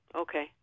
Okay